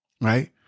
Right